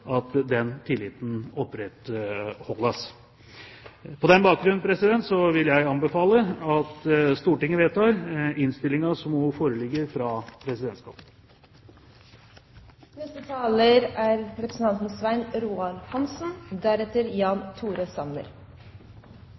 at den tilliten opprettholdes. På den bakgrunn vil jeg anbefale at Stortinget vedtar innstillingen som nå foreligger fra Presidentskapet. Jeg tror vi alle er